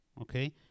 okay